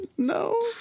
No